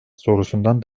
sorusundan